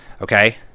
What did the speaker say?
Okay